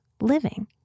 living